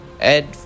Ed